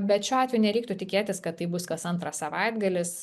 bet šiuo atveju nereiktų tikėtis kad tai bus kas antras savaitgalis